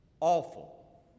Awful